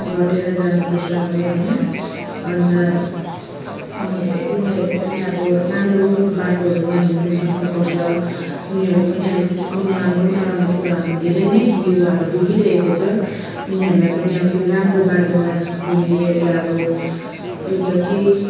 घटेर जानुपर्छ अब होइन अन्त उनीहरूले उनीहरूले पनि अब राम्रो बाटोहरूमा हिँड्नु सक्नुपर्छ उनीहरू पनि अहिले त्यस्तो नराम्रो नराम्रो कुराहरूमा धेरै नै युवाहरू डुबिरहेको छ उनीहरूलाई पनि त्यो राम्रो बाटोमा हिँड्ने एउटा अब एउटा केही